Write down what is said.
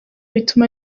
bituma